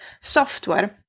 software